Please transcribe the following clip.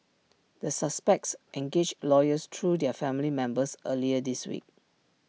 the suspects engaged lawyers through their family members earlier this week